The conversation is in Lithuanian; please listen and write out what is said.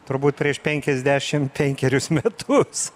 turbūt prieš penkiasdešim penkerius metus